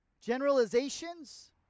generalizations